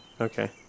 Okay